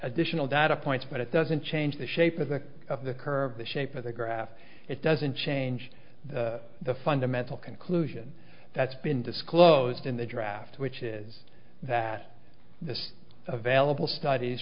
additional data points but it doesn't change the shape of the of the curve the shape of the graph it doesn't change the fundamental conclusion that's been disclosed in the draft which is that this available studies